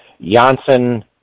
Janssen